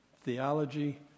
Theology